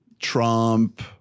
trump